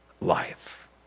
life